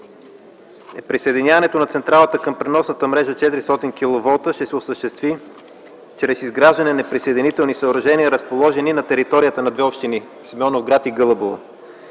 Присъединяването на централата към преносната мрежа 400 киловолта ще се осъществи чрез изграждане на присъединителни съоръжения, разположени на територията на две общини – Симеоновград и Гълъбово.